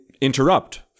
interrupt